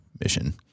mission